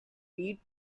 feat